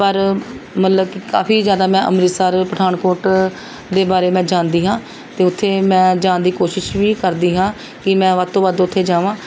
ਪਰ ਮਤਲਬ ਕਿ ਕਾਫੀ ਜ਼ਿਆਦਾ ਮੈਂ ਅੰਮ੍ਰਿਤਸਰ ਪਠਾਨਕੋਟ ਦੇ ਬਾਰੇ ਮੈਂ ਜਾਣਦੀ ਹਾਂ ਅਤੇ ਉੱਥੇ ਮੈਂ ਜਾਣ ਦੀ ਕੋਸ਼ਿਸ਼ ਵੀ ਕਰਦੀ ਹਾਂ ਕਿ ਮੈਂ ਵੱਧ ਤੋਂ ਵੱਧ ਉੱਥੇ ਜਾਵਾਂ